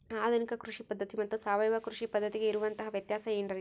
ಆಧುನಿಕ ಕೃಷಿ ಪದ್ಧತಿ ಮತ್ತು ಸಾವಯವ ಕೃಷಿ ಪದ್ಧತಿಗೆ ಇರುವಂತಂಹ ವ್ಯತ್ಯಾಸ ಏನ್ರಿ?